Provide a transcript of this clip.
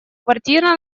квартира